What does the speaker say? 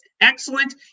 excellent